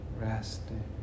Resting